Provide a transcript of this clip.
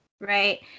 right